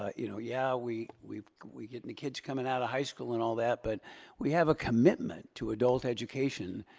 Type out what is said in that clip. ah you know yeah we we get the kids coming out of high school and all that, but we have a commitment to adult education.